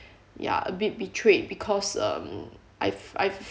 ya a bit betrayed because um I've I've